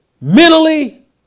mentally